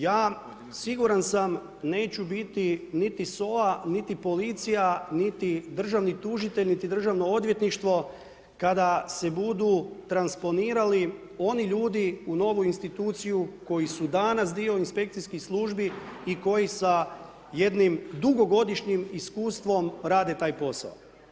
Ja siguran sam neću biti niti SOA, niti policija, niti državni tužitelj, niti državno odvjetništvo kada se budu transponirali oni ljudi u novu instituciju koji su danas dio inspekcijskih službi i koji sa jednim dugogodišnjim iskustvom rade taj posao.